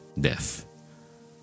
death